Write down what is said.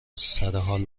سرحال